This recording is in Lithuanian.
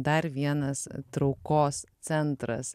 dar vienas traukos centras